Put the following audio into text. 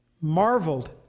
marveled